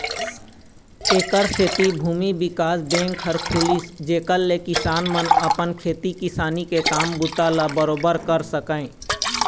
ऐखर सेती भूमि बिकास बेंक ह खुलिस जेखर ले किसान मन अपन खेती किसानी के काम बूता ल बरोबर कर सकय